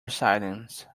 silence